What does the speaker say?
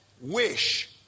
wish